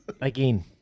Again